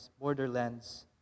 borderlands